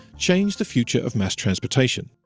change the future of mass transportation.